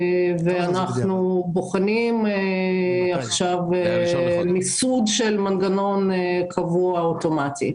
אנחנו בוחנים עכשיו מיסוד של מנגנון קבוע אוטומטי.